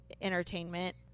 entertainment